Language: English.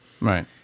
right